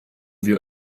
wir